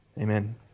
Amen